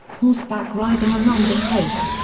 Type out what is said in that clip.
horseback riding along the coast,